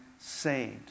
saved